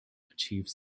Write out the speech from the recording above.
achieved